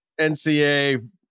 NCA